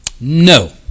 No